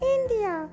India